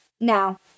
Now